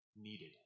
needed